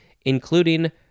including